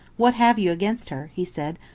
what have you against her? he said,